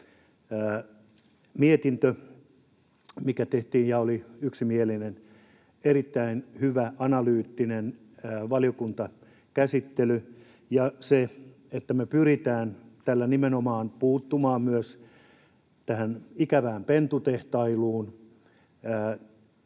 mietinnössä, mikä tehtiin ja oli yksimielinen, oli erittäin hyvä, analyyttinen valiokuntakäsittely ja me pyritään tällä nimenomaan puuttumaan myös tähän ikävään pentutehtailuun